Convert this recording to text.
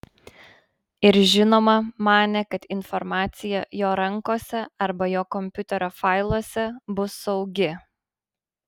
ir žinoma manė kad informacija jo rankose arba jo kompiuterio failuose bus saugi